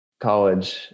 college